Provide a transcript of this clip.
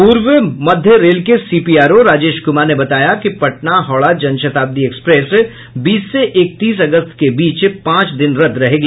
पूर्व मध्य रेल के सीपीआरओ राजेश कुमार ने बताया कि पटना हावड़ा जनशताब्दी एक्सप्रेस बीस से इकतीस अगस्त के बीच पांच दिन रद्द रहेगी